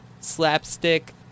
slapstick